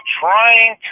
trying